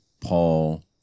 Paul